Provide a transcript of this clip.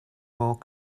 more